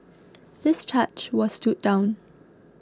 this charge was stood down